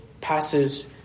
passes